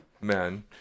men